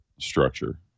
structure